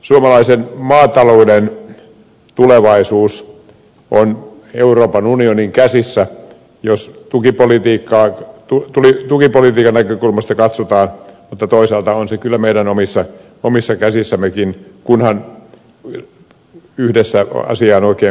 suomalaisen maatalouden tulevaisuus on euroopan unionin käsissä jos tukipolitiikan näkökulmasta katsotaan mutta toisaalta se on kyllä meidän omissa käsissämmekin kunhan yhdessä asiaan oikein paneudutaan